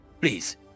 Please